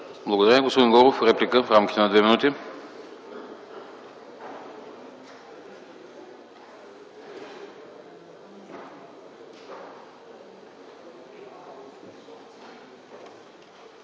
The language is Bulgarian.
Благодаря Ви. Господин Горов – реплика в рамките на две минути.